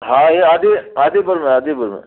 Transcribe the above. हा इहे आदि आदिपुर में आदिपुर में